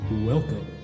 Welcome